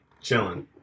chilling